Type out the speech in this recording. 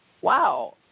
wow